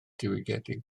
diwygiedig